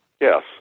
yes